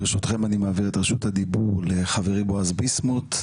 ברשותכם אני מעביר את רשות הדיבור לחברי בועז ביסמוט,